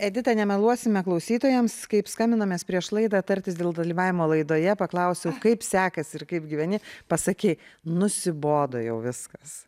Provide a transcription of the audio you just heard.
edita nemeluosime klausytojams kaip skambinomės prieš laidą tartis dėl dalyvavimo laidoje paklausiau kaip sekasi ir kaip gyveni pasakei nusibodo jau viskas